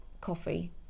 coffee